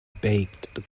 baked